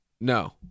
No